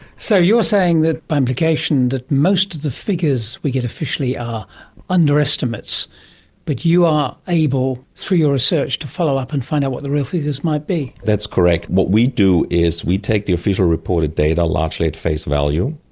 so you're saying that by implication that most of the figures we get officially are underestimates but you are able through your research to follow-up and find out what the real figures might be. that's correct. what we do is we take the official reported data largely at face value,